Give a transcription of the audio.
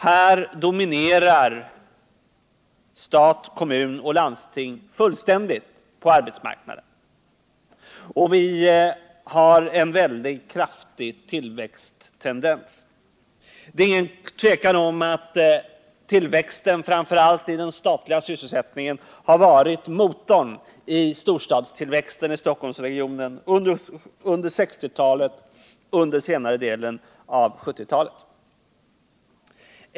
Här dominerar stat, kommuner och landsting fullständigt på arbetsmarknaden, och vi har en väldigt kraftig tillväxttendens. Det är ingen tvekan om att tillväxten framför allt inom den statliga sysselsättningen har varit motorn i storstadstillväxten i Stockholmsregionen under 1960-talet och under senare delen av 1970-talet.